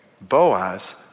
Boaz